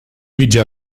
mitjà